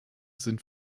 sind